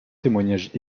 témoignage